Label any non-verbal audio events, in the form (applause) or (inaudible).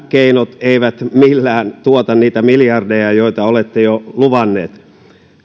(unintelligible) keinot eivät millään tuota niitä miljardeja joita olette jo luvanneet